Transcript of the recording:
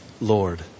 Lord